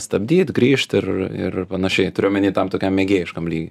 stabdyt grįžt ir ir panašiai turiu omeny tam tokiam mėgėjiškam lygy